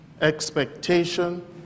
expectation